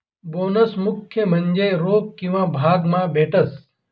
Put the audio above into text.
bonus मुख्य म्हन्जे रोक किंवा भाग मा भेटस